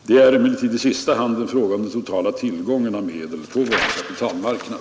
Detta är emellertid i sista hand en fråga om den totala tillgången av medel på vår kapitalmarknad.